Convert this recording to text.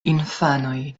infanoj